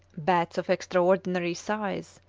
bats of extraordinary size,